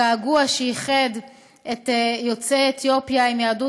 הגעגוע שאיחד את יוצאי אתיופיה עם יהדות